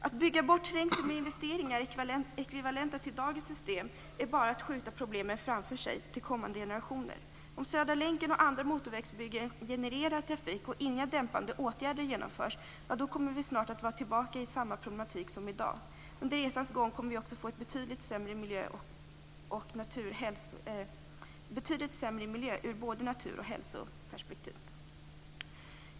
Att bygga bort trängsel med investeringar ekvivalenta till dagens system är bara att skjuta problemen framför sig, till kommande generationer. Om Södra länken och andra motorvägsbyggen genererar trafik och inga dämpande åtgärder genomförs kommer vi snart att vara tillbaka i samma problematik som i dag. Under resans gång kommer vi också att få en betydligt sämre miljö i ett natur och hälsoperspektiv.